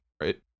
Right